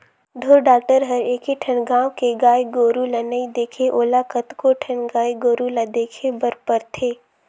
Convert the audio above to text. ढोर डॉक्टर हर एके ठन गाँव के गाय गोरु ल नइ देखे ओला कतको ठन गाय गोरु ल देखे बर परथे